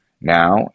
now